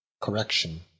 Correction